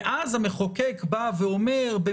ואז המחוקק בא ואומר,